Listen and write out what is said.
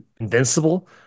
invincible